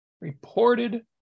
reported